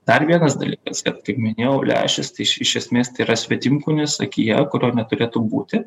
dar vienas dalykas kad kaip minėjau lęšis iš esmės tai yra svetimkūnis akyje kurio neturėtų būti